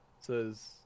says